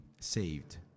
saved